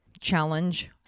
challenge